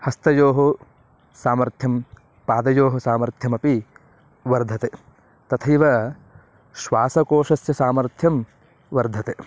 हस्तयोः सामर्थ्यं पादयोः सामर्थ्यमपि वर्धते तथैव श्वासकोषस्य सामर्थ्यं वर्धते